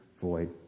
void